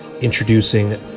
introducing